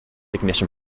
ignition